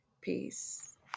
Peace